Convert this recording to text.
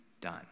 done